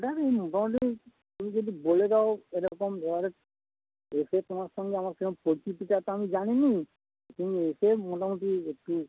মোটামুটি তুমি যদি বলে দাও এরকম ঘরে এসে তোমার সঙ্গে আমার কি রকম পরিচিতিটা তো আমি জানি না এসে মোটামুটি একটু